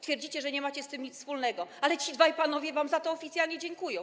Twierdzicie, że nie macie z tym nic wspólnego, ale ci dwaj panowie wam za to oficjalnie dziękują.